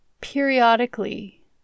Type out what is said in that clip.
periodically